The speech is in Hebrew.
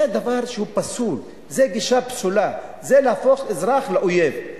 זה דבר פסול, זה גישה פסולה, זה להפוך אזרח לאויב.